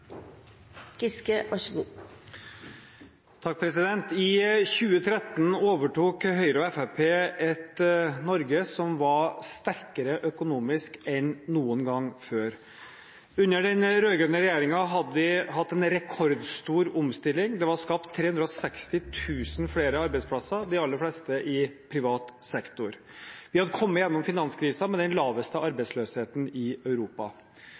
et Norge som var sterkere økonomisk enn noen gang før. Under den rød-grønne regjeringen hadde vi hatt en rekordstor omstilling. Det var skapt 360 000 flere arbeidsplasser, de aller fleste i privat sektor. Vi hadde kommet gjennom finanskrisen med den laveste arbeidsløsheten i Europa.